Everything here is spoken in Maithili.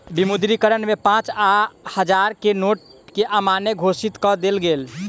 विमुद्रीकरण में पाँच आ हजार के नोट के अमान्य घोषित कअ देल गेल